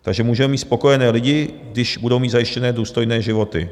Takže můžeme mít spokojené lidi, když budou mít zajištěné důstojné životy.